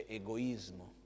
egoismo